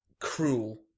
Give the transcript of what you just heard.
cruel